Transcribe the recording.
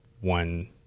one